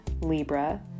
Libra